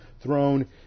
throne